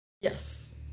Yes